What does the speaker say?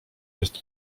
jest